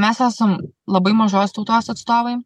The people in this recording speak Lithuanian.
mes esam labai mažos tautos atstovai